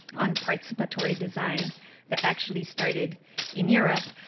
on participatory design that actually started in europe,